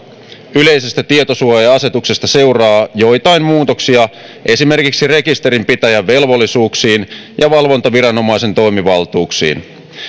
yleisestä tietosuoja asetuksesta seuraa joitain muutoksia esimerkiksi rekisterinpitäjän velvollisuuksiin ja valvontaviranomaisen toimivaltuuksiin